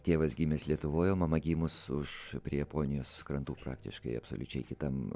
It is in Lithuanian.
tėvas gimęs lietuvoj o mama gimus už prie japonijos krantų praktiškai absoliučiai kitam